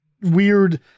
weird